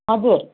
हजुर